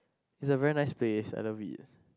it's a very place I love it